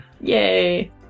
Yay